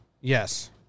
Yes